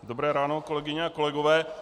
Dobré ráno, kolegyně a kolegové.